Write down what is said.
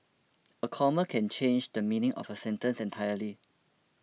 a comma can change the meaning of a sentence entirely